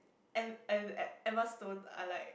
and and Emma-Stone are like